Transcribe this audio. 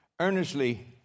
Earnestly